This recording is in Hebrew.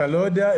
אתה לא יודע,